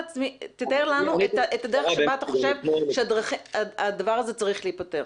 תאר לנו את הדרך בה אתה חושב שהדבר הזה צריך להיפתר.